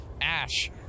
Ash